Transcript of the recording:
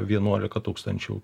vienuolika tūkstančių